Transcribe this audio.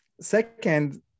second